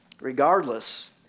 Regardless